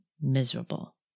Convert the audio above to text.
miserable